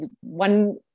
one